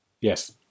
Yes